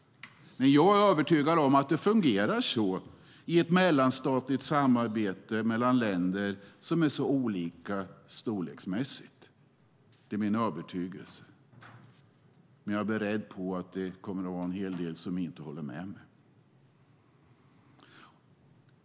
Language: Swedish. Men jag är övertygad om att det fungerar så i ett mellanstatligt samarbete mellan länder som är så olika storleksmässigt. Jag är dock beredd på att det kommer att vara en hel del som inte håller med mig.